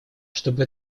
чтобы